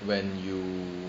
when you